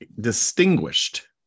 distinguished